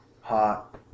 hot